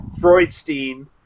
Freudstein